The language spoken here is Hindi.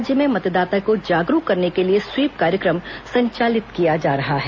राज्य में मतदाता को जागरूक करने के लिए स्वीप कार्यक्रम संचालित किया जा रहा है